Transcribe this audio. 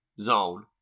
zone